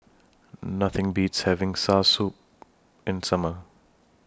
Nothing Beats having Soursop in The Summer